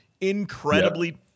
incredibly